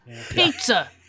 Pizza